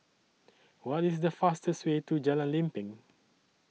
What IS The fastest Way to Jalan Lempeng